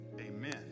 amen